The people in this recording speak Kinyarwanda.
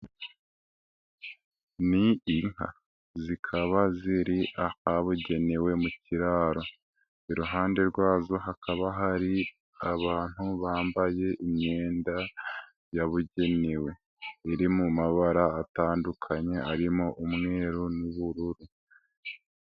Ni inka, zikaba ziri ahabugenewe mu kiraro, iruhande rwazo hakaba hari abantu bambaye imyenda yabugenewe, iri mu mabara atandukanye, arimo umweru n'ubururu.